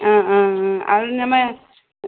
ஆ ஆ ஆ அது நம்ம